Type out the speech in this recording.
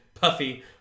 Puffy